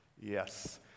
Yes